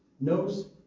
knows